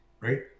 right